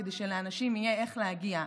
כדי שלאנשים יהיה איך להגיע.